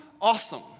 awesome